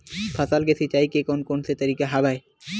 फसल सिंचाई के कोन कोन से तरीका हवय?